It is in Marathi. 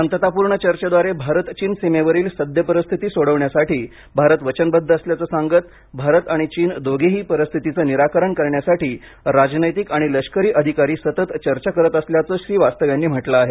शांततापूर्ण चर्चेद्वारे भारत चीन सीमेवरील सद्य परिस्थिती सोडविण्यासाठी भारत वचनबद्ध असल्याचं सांगत भारत आणि चीन दोघेही परिस्थितीचे निराकरण करण्यासाठी राजनैतिक आणि लष्करी अधिकारी सतत चर्चा करत असल्याचं श्रीवास्तव यांनी म्हटलं आहे